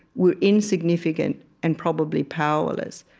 we're insignificant and probably powerless.